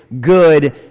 good